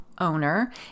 owner